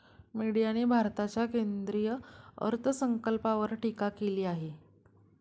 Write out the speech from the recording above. मीडियाने भारताच्या केंद्रीय अर्थसंकल्पावर टीका केली आहे